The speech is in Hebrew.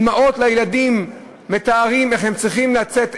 אימהות לילדים מתארות איך הם צריכים לצאת,